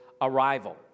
arrival